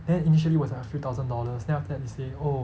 then initially was like a few thousand dollars then after they say oh